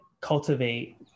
cultivate